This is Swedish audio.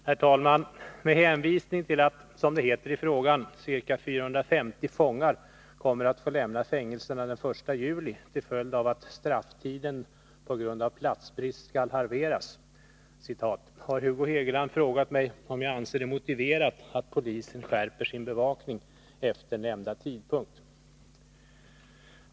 Herr talman! Med hänvisning till att — som det heter i frågan — ca 450 fångar kommer att få lämna fängelserna den 1 juli till följd av att ”strafftiden, på grund av platsbrist, skall halveras” har Hugo Hegeland frågat mig om jag anser det motiverat att polisen skärper sin bevakning efter nämnda tidpunkt.